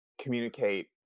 communicate